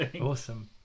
awesome